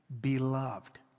beloved